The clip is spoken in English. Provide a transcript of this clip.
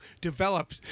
develop